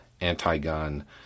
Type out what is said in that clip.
anti-gun